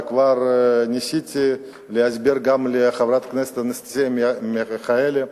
וכבר ניסיתי להסביר גם לחברת הכנסת אנסטסיה מיכאלי,